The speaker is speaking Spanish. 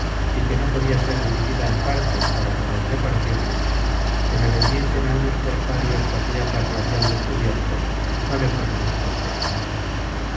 y que no podia ser dividida en partes para poder repartirme que me vendiesen á unos cosarios que aquella tarde habian descubierto no lejos de sus pesquerías